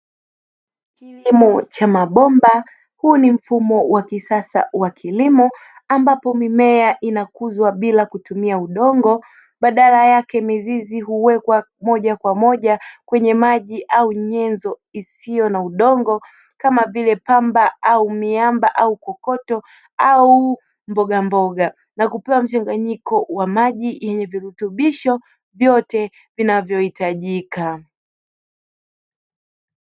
Kilimo cha mabomba huu ni mfumo wa kisasa wa kilimo ambapo mimea inakuzwa bila kutumia udongo badala yake mizizi huwekwa moja kwa moja kwenye maji au nyenzo isiyo na udongo kama vile pamba au miamba au kokoto au mbogamboga na kupewa mchanganyiko wa maji yenye virutubisho vyote vinavyohitajika.